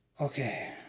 Okay